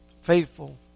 faithful